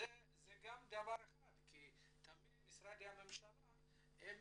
תמיד משרדי הממשלה הם